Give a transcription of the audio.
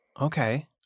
Okay